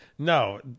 No